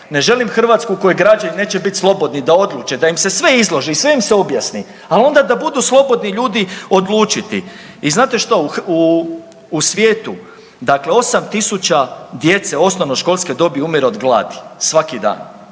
ne želim Hrvatsku u kojoj građani neće bit slobodni da odluče, da im se sve izloži i sve im se objasni, al onda da budu slobodni ljudi odlučiti. I znate što, u svijetu, dakle 8.000 djece, osnovnoškolske dobi umire od gladi svaki dan.